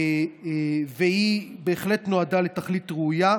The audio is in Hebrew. והיא בהחלט נועדה לתכלית ראויה,